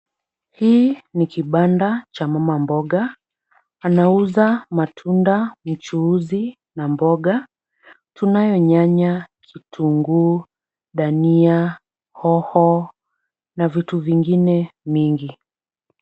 Hii ni kibanda cha mama mboga. Anauza matunda, michuuzi na mboga. Tunayo nyanya, kitunguu, dania, hoho na vitu vingine mingi.